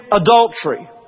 adultery